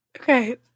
Okay